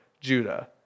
Judah